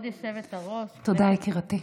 תודה, יקירתי.